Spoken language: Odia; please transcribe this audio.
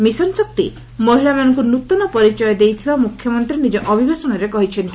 ମିଶନଶକ୍ତି ମହିଳାମାନଙ୍କୁ ନୂତନ ପରିଚୟ ଦେଇଥିବା ମୁଖ୍ୟମନ୍ତୀ ନିକ ଅଭିଭାଷଣରେ କହିଛନ୍ତି